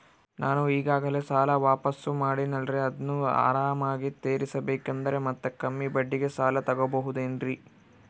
ನಾನು ಈಗಾಗಲೇ ಸಾಲ ವಾಪಾಸ್ಸು ಮಾಡಿನಲ್ರಿ ಅದನ್ನು ಆರಾಮಾಗಿ ತೇರಿಸಬೇಕಂದರೆ ಮತ್ತ ಕಮ್ಮಿ ಬಡ್ಡಿಗೆ ಸಾಲ ತಗೋಬಹುದೇನ್ರಿ?